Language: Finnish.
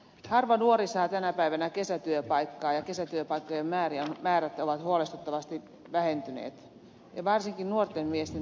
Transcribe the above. harva nuori saa tänä päivänä kesätyöpaikkaa kesätyöpaikkojen määrät ovat huolestuttavasti vähentyneet ja varsinkin nuorten miesten työttömyys kasvaa